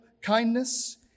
kindness